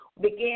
began